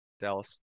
Dallas